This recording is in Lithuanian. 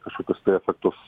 kažkokius tai efektus